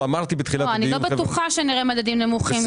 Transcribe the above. אני לא בטוחה שנראה מדדים נמוכים יותר.